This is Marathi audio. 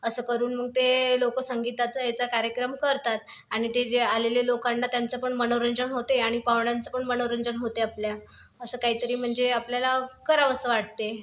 असं करून मग ते लोकं संगीताचा ह्याचा कार्यक्रम करतात आणि ते जे आलेल्या लोकांना त्यांचं पण मनोरंजन होते आणि पाहुण्यांचं पण मनोरंजन होते आपल्या असं काहीतरी म्हणजे आपल्याला करावंसं वाटते